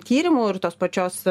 tyrimų ir tos pačios